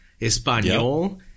Espanol